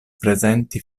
prezenti